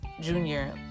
junior